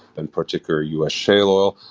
and particular, u s. shale oil.